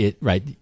right